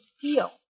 feel